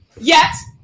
Yes